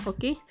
Okay